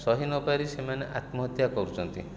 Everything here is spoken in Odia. ସହିନପାରି ସେମାନେ ଆତ୍ମହତ୍ୟା କରୁଛନ୍ତି